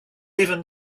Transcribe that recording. even